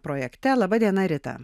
projekte laba diena rita